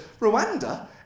Rwanda